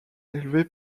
élevée